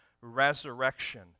resurrection